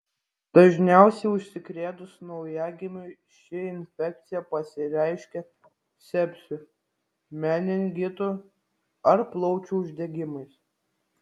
dažniausiai užsikrėtus naujagimiui ši infekcija pasireiškia sepsiu meningitu ar plaučių uždegimais